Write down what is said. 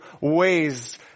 ways